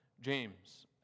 James